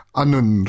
anun